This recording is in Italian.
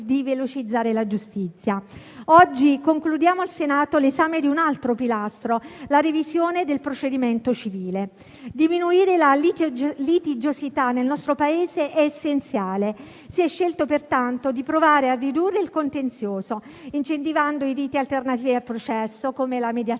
di velocizzare la giustizia. Oggi concludiamo al Senato l'esame di un altro pilastro, la revisione del procedimento civile. Diminuire la litigiosità nel nostro Paese è essenziale. Si è scelto pertanto di provare a ridurre il contenzioso, incentivando i riti alternativi al processo, come la mediazione,